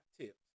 tips